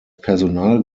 personal